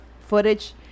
footage